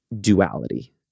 duality